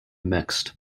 mixed